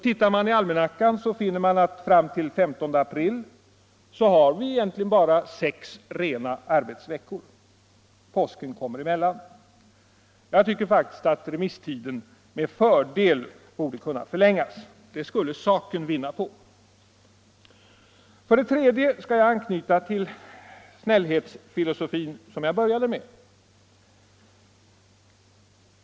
Tittar man i almanackan finner man att vi fram till den 15 april egentligen bara har sex rena arbetsveckor. Påsken kommer emellan. Jag tycker faktiskt att remisstiden med fördel skulle kunna förlängas. Det skulle saken vinna på. För det tredje skall jag anknyta till snällhetsfilosofin, som jag började med.